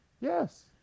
Yes